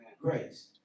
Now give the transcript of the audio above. Grace